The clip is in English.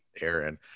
Aaron